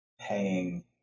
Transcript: paying